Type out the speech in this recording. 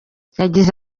yagize